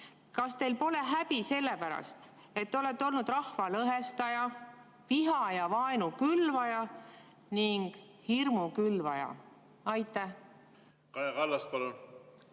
Kas teil pole häbi sellepärast, et te olete olnud rahva lõhestaja, viha ja vaenu külvaja ning hirmu külvaja? Ma